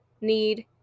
need